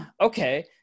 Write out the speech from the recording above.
okay